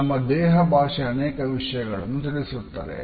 ನಮ್ಮ ದೇಹ ಭಾಷೆ ಅನೇಕ ವಿಷಯಗಳನ್ನು ತಿಳಿಸುತ್ತದೆ